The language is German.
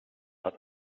hat